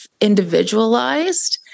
individualized